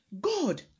God